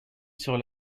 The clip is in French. sur